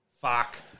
fuck